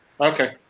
Okay